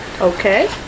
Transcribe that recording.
Okay